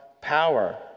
power